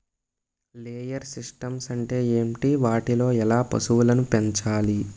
Layer systems అంటే ఏంటి? వాటిలో ఎలా పశువులను పెంచాలి?